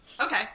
okay